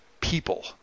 people